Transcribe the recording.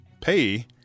pay